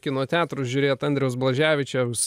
kino teatrus žiūrėt andriaus blaževičiaus